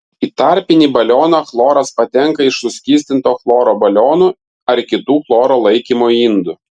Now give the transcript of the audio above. į tarpinį balioną chloras patenka iš suskystinto chloro balionų ar kitų chloro laikymo indų